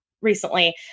recently